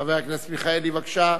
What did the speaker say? חבר הכנסת מיכאלי, בבקשה.